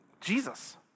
Jesus